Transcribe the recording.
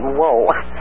whoa